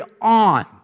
on